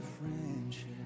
friendship